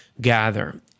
gather